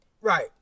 Right